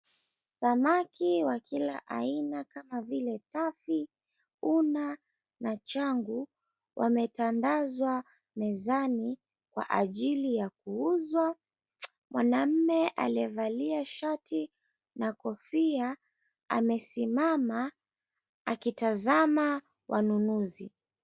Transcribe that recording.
Samaki wa kila aina kama vile tafi, una na changu wametandazwa mezani kwa ajili ya kuuzwa. Mwanaume aliyevalia shati na kofia amesimama akitazama wanunuzi.